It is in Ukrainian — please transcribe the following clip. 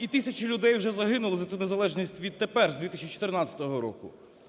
і тисячі людей вже загинули за цю незалежність відтепер, з 2014 року.